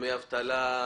- דמי אבטלה,